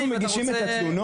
זיו, אתה רוצה לענות?